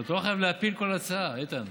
רק אתה לא חייב להפיל כל הצעה, איתן.